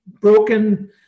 broken